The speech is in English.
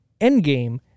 Endgame